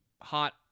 hot